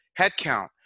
headcount